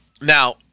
Now